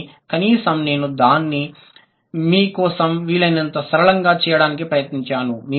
కాని కనీసం నేను దాన్ని మీ కోసం వీలైనంత సరళంగా చేయడానికి ప్రయత్నించాను